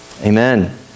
Amen